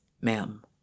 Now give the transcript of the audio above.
ma'am